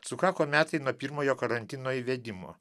sukako metai nuo pirmojo karantino įvedimo